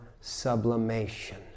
sublimation